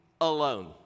alone